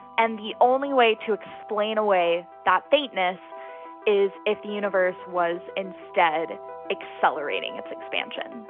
and the only way to explain away that faintness is if the universe was instead accelerating its expansion